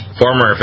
former